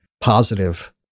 positive